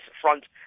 front